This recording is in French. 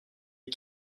des